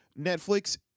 Netflix